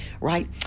right